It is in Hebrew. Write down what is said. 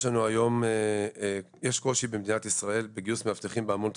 יש קושי במדינת ישראל בגיוס מאבטחים בהמון תחומים.